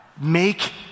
make